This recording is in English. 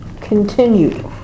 continued